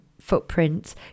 footprint